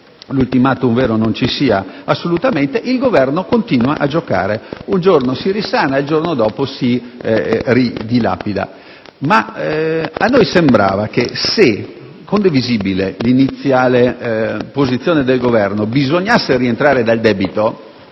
l'*ultimatum* vero non ci sia assolutamente. Il Governo continua a giocare: un giorno si risana e il giorno dopo si ridilapida. A noi sembrava che, condivisibile l'iniziale posizione del Governo, dovendo rientrare dal debito,